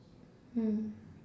hmm